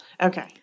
Okay